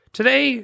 today